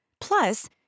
Plus